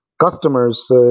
customers